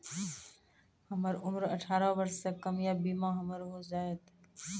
हमर उम्र अठारह वर्ष से कम या बीमा हमर हो जायत?